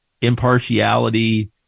impartiality